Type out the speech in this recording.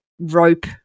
rope